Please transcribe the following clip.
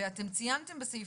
אתם ציינתם בסעיף